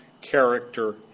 character